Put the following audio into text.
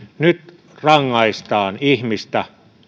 nyt rangaistaan ihmistä